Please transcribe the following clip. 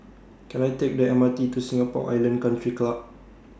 Can I Take The M R T to Singapore Island Country Club